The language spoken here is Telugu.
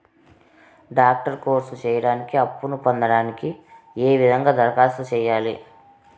డాక్టర్ కోర్స్ సేయడానికి అప్పును పొందడానికి ఏ విధంగా దరఖాస్తు సేయాలి?